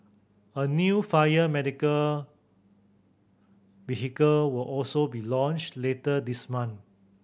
a new fire medical vehicle will also be launched later this month